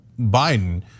Biden